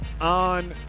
on